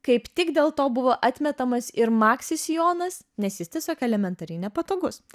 kaip tik dėl to buvo atmetamas ir maksi sijonas nes jis tiesiog elementariai nepatogus